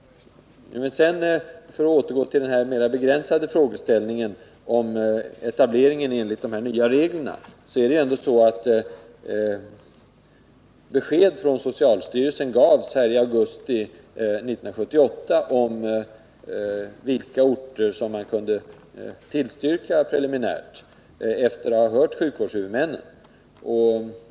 För att återgå till den mera begränsade frågeställningen om etableringen enligt de nya reglerna är det ändå så, att socialstyrelsen gav besked i augusti 1978 beträffande vilka orter som man efter att ha hört sjukvårdshuvudmännen preliminärt kunde tillstyrka.